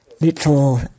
little